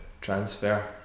transfer